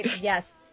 Yes